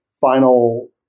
final